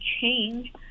change